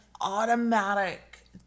automatic